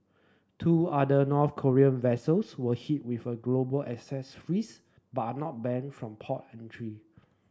two other North Korean vessels were hit with a global assets freeze but are not banned from port entry